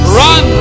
run